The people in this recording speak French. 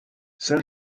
saint